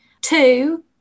two